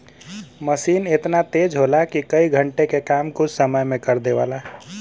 मसीन एतना तेज होला कि कई घण्टे के काम कुछ समय मे कर देवला